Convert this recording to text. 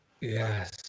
Yes